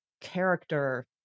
character